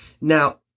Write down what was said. Now